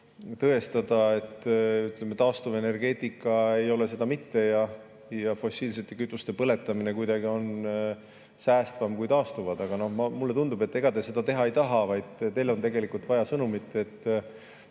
et taastuvenergeetika ei ole seda mitte ja fossiilsete kütuste põletamine on kuidagi säästvam kui taastuvate. Aga mulle tundub, et ega te seda teha ei taha, vaid teil on vaja sõnumit,